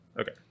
Okay